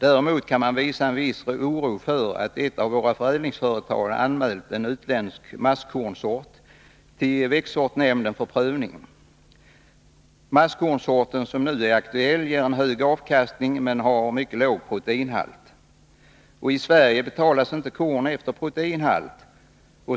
Däremot kan man hysa en viss oro med anledning av att ett av våra förädlingsföretag anmält en utländsk masskornsort till växtsortshämnden för prövning. Masskornsorten som nu är aktuell ger en hög avkastning, men den har en mycket låg proteinhalt. I Sverige betalas inte korn efter proteinhalt.